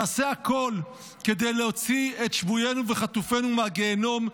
תעשה הכול כדי להוציא את שבויינו וחטופינו מהגיהינום,